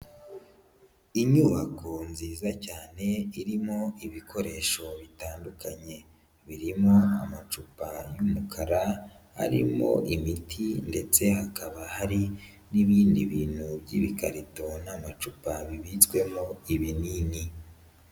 Inyubako nziza cyane irimo ibikoresho bitandukanye. Birimo amacupa y'umukara, arimo imiti ndetse hakaba hari n'ibindi bintu by'ibikarito n'amacupa bibitswemo ibinini.